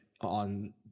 on